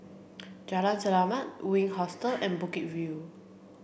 Jalan Selamat Wink Hostel and Bukit View